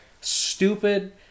stupid